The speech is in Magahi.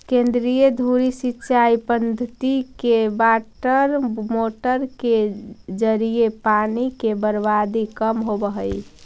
केंद्रीय धुरी सिंचाई पद्धति में वाटरमोटर के जरिए पानी के बर्बादी कम होवऽ हइ